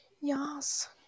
yes